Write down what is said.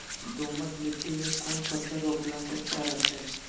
दोमट मिट्टी में कौन फसल रोपला से अच्छा रहतय?